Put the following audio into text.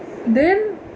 then